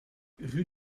rue